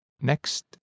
Next